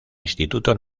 instituto